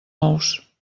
ous